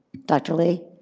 dr. lee?